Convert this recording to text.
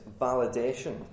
validation